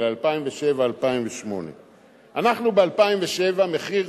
על 2007 2008. ב-2007 מחיר